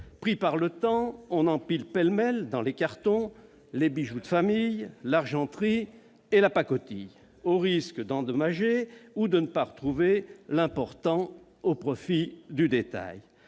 Pris par le temps, on empile pêle-mêle dans les cartons les bijoux de famille, l'argenterie et la pacotille, au risque d'endommager ou de ne pas retrouver l'important au profit du détail.